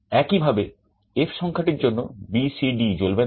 একইভাবে F সংখ্যাটির জন্য BCD জ্বলবে না